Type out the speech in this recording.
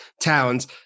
towns